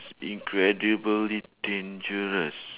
incredibly dangerous